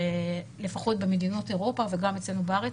לפחות במדינות אירופה וגם אצלנו בארץ.